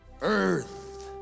Earth